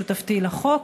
שותפתי לחוק.